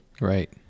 Right